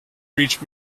reach